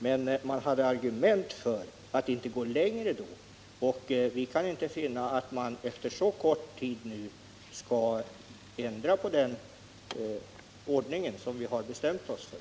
Men man hade argument för att då inte gå längre, och vi kan inte finna att man nu efter så kort tid skall ändra på den ordning som vi har bestämt oss för.